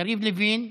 יריב לוין.